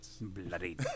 Bloody